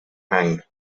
hanged